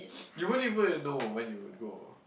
you won't even you know when you would go